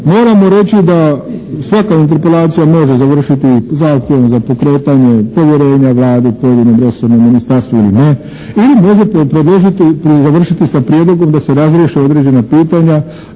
Moramo reći da svaka interpelacija može završiti zahtjevom za pokretanje povjerenja Vladi, pojedinom resornom ministarstvu ili ne ili može predložiti i završiti sa prijedlogom da se razriješe određena pitanja